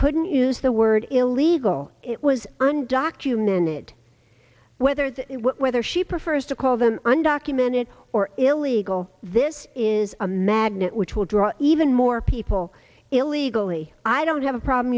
couldn't use the word illegal it was undocumented whether it's whether she prefers to call them undocumented or illegal this is a magnet which will draw even more people illegally i don't have a problem